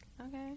Okay